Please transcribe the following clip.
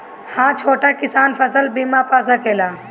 हा छोटा किसान फसल बीमा पा सकेला?